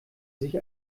sich